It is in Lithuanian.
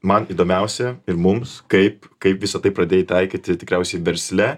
man įdomiausia ir mums kaip kaip visa tai pradėjai taikyti tikriausiai versle